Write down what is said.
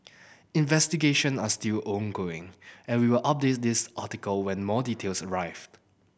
investigation are still ongoing and we'll update this article when more details arrive